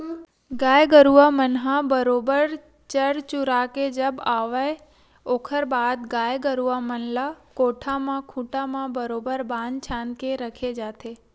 गाय गरुवा मन ह बरोबर चर चुरा के जब आवय ओखर बाद गाय गरुवा मन ल कोठा म खूंटा म बरोबर बांध छांद के रखे जाथे